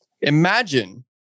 imagine